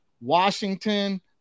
Washington